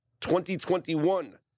2021